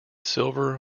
silver